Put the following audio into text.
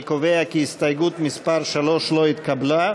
אני קובע כי הסתייגות מס' 3 לא התקבלה.